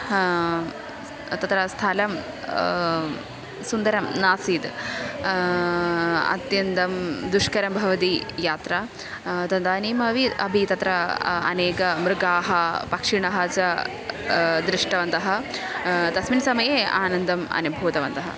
तत्र स्थलं सुन्दरं नासीत् अत्यन्तं दुष्करं भवति यात्रा तदानीमपि अपि तत्र अनेकमृगाः पक्षिणः च दृष्टवन्तः तस्मिन् समये आनन्दम् अनुभूतवन्तः